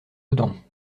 dedans